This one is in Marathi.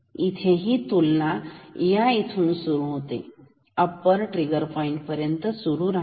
इथेही तुलना या इथून सुरू होते आणि अप्पर ट्रिगर पॉईंट पर्यंत सुरू राहते